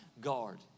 guard